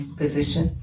position